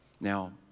Now